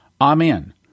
Amen